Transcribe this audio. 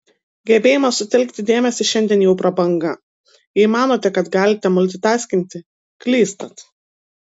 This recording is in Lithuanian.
gebėjimas sutelkti dėmesį šiandien jau prabanga jei manote kad galite multitaskinti klystat